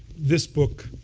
this book,